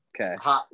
okay